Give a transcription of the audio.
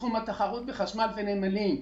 בתחום התחרות בחשמל ונמלים,